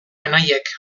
anaiek